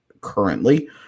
currently